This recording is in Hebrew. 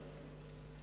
למדיניות